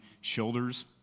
shoulders